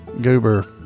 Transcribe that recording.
Goober